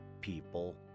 people